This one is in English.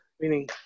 meaning